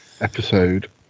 episode